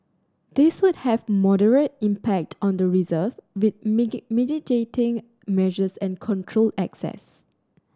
these would have moderate impact on the reserve with mitigating measures and controlled access